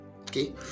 Okay